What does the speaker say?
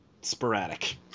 sporadic